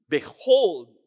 Behold